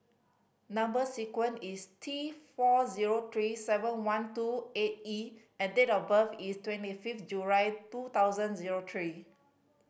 number sequence is T four zero three seven one two eight E and date of birth is twenty fifth July two thousand zero three